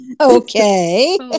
Okay